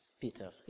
Peter